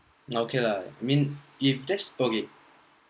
okay lah I mean if that's okay